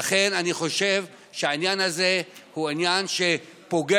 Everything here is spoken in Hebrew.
ולכן אני חושב שהעניין הזה הוא עניין שפוגע